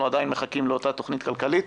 אנחנו עדיין מחכים לאותה תוכנית כלכלית.